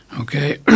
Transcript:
Okay